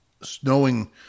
snowing